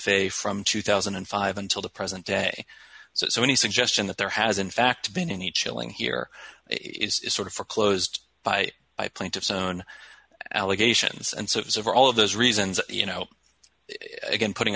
fe from two thousand and five until the present day so any suggestion that there has in fact been any chilling here is sort of for closed by by plaintiff's own allegations and so it was of all of those reasons you know again putting